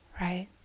right